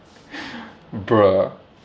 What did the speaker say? bruh